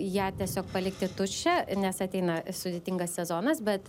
ją tiesiog palikti tuščią nes ateina sudėtingas sezonas bet